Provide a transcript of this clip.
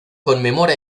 conmemora